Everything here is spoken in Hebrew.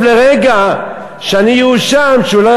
אני בא עם פלאפון ואף אחד לא חושב לרגע שאני אואשם שאולי